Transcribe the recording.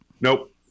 Nope